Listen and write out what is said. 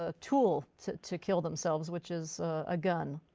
ah tool to to kill themselves which is a gun.